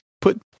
put